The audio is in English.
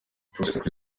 increased